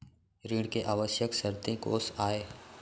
ऋण के आवश्यक शर्तें कोस आय?